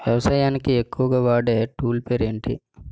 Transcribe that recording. వ్యవసాయానికి ఎక్కువుగా వాడే టూల్ పేరు ఏంటి?